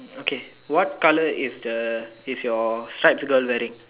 okay what colour is the is your stripes girl wearing